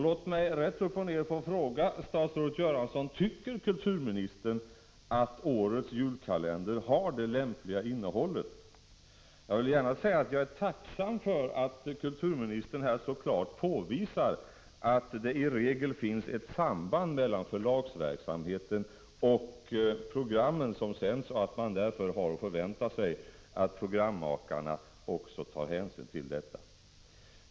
Låt mig rätt upp och ner få fråga statsrådet Göransson: Tycker kulturministern att årets julkalender har det lämpliga innehållet? Jag är tacksam för att kulturministern här så klart påvisar att det i regel finns ett samband mellan förlagsverksamheten och programmen som sänds och att man därför har att förvänta sig att programmakarna också tar hänsyn till detta.